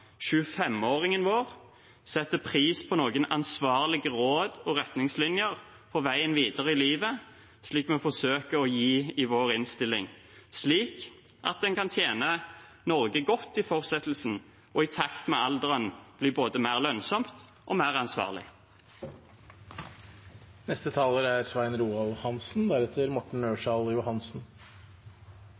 vår setter pris på noen ansvarlige råd og retningslinjer på veien videre i livet, slik vi forsøker å gi i vår innstilling, slik at den kan tjene Norge godt i fortsettelsen og i takt med alderen bli både mer lønnsom og mer ansvarlig. Saksordføreren har redegjort godt for innstillingen, hvor det er